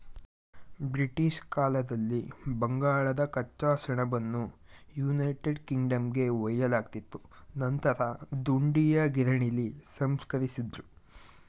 British ಕಾಲದಲ್ಲಿ ಬಂಗಾಳದ ಕಚ್ಚಾ ಸೆಣಬನ್ನು ಯುನೈಟೆಡ್ ಕಿಂಗ್ಡಮ್ಗೆ ಒಯ್ಯಲಾಗ್ತಿತ್ತು ನಂತರ ದುಂಡೀಯ ಗಿರಣಿಲಿ ಸಂಸ್ಕರಿಸಿದ್ರು